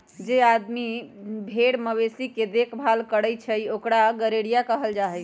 जे आदमी भेर मवेशी के देखभाल करई छई ओकरा गरेड़िया कहल जाई छई